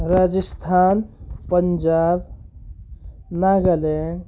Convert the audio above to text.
Rajasthan Punjab Nagaland